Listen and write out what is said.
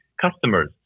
customers